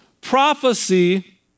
prophecy